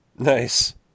Nice